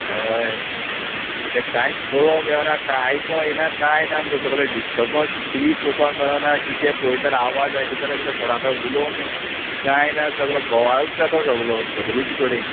अय तें कांयच पळोवंक मेळना कांय आयको येना कांय ना आमकां सगळे डिस्टर्बंस टीवी पोवपाक मेळना कितें पयतले आवाज आयकतले किदें कोणा कडेन उलोवंक मेळ कांय ना सगलो बोवाळूच जाता सगलो सगलीच कडेन